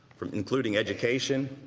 including education,